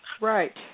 Right